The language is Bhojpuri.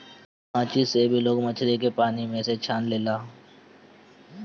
खांची से भी लोग मछरी के पानी में से छान लेला